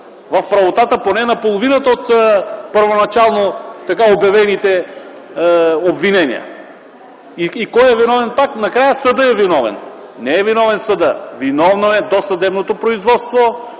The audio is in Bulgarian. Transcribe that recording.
в правотата поне на половината от първоначално обявените обвинения. И кой е виновен? Пак накрая съдът е виновен. Не е виновен съдът. Виновно е досъдебното производство,